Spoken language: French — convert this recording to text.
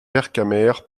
vercamer